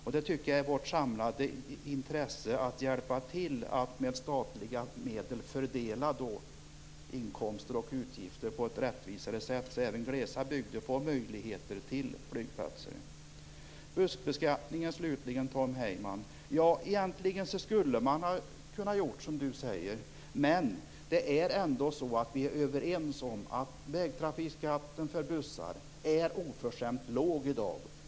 Jag tycker att det för oss samlat borde ligga i vårt intresse att hjälpa till när det gäller att med statliga medel fördela inkomster och utgifter på ett rättvisare sätt så att även glesa bygder får möjligheter till flygplatser. Egentligen skulle man ha kunnat göra som Tom Heyman säger. Men vi är ändå överens om att vägtrafikskatten för bussar är oförskämt låg i dag.